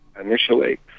initially